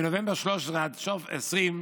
מנובמבר 2013 ועד סוף שנת 2020